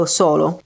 solo